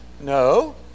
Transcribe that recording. no